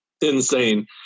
insane